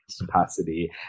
capacity